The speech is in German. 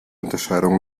unterscheidung